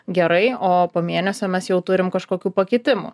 gerai o po mėnesio mes jau turim kažkokių pakitimų